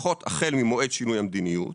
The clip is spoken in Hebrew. לפחות החל ממועד שינוי המדיניות